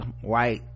white